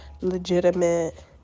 legitimate